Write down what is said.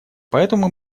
поэтому